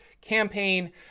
campaign